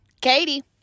Katie